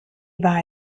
war